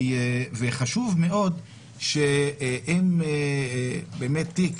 וחשוב מאוד שאם באמת תיק